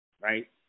right